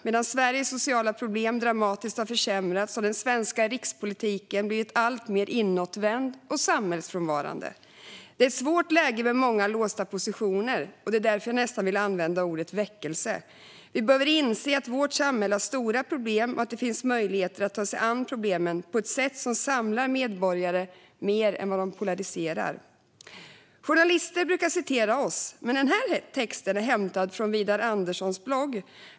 Medan Sveriges sociala problem dramatiskt har försämrats har den svenska rikspolitiken blivit alltmer inåtvänd och samhällsfrånvarande. Det är ett svårt läge med många låsta positioner, och det är därför jag nästan vill använda ordet väckelse. Vi behöver inse att vårt samhälle har stora problem och att det finns möjlighet att ta sig an problemen på ett sätt som samlar medborgarna mer än vad det polariserar. Journalister brukar citera oss, men det jag nu har sagt är hämtat från Widar Anderssons blogg.